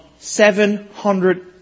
700